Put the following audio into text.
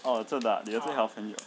oh 真的 ah 你的最好朋友